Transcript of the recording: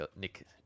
Nick